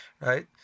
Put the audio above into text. right